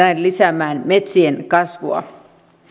lisäämään metsien kasvua